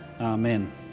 Amen